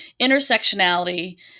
intersectionality